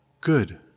good